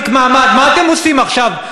4975 ו-4976,